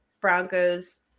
Broncos –